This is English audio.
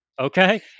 okay